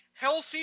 healthy